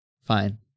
fine